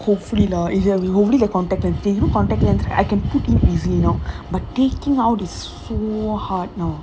hopefully lah i~ uh we hopefully get contact lens you you know contact lens I can put in easy now but taking out is so hard now